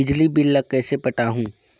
बिजली बिल ल कइसे पटाहूं?